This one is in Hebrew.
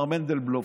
מר מנדלבלוף,